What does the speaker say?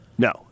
No